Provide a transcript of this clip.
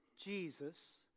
Jesus